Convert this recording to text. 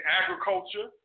agriculture